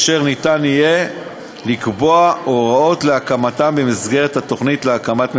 אשר ניתן יהיה לקבוע הוראות להקמתם במסגרת התוכנית להקמת מיזמים.